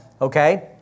okay